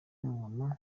umuntu